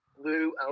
Lou